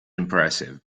impressive